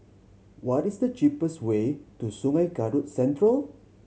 what is the cheapest way to Sungei Kadut Central